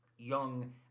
young